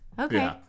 Okay